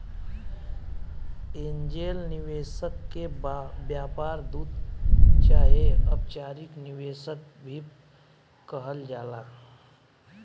angel निवेशक के व्यापार दूत चाहे अपचारिक निवेशक भी कहल जाला